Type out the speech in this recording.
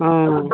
অঁ